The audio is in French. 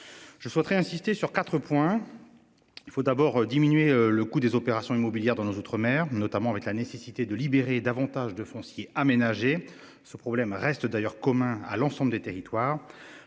Je souhaiterais insister sur 4 points. Il faut d'abord diminuer le coût des opérations immobilières dans nos outre-mer notamment avec la nécessité de libérer davantage de foncier aménagé ce problème reste d'ailleurs commun à l'ensemble des territoires.